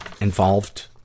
involved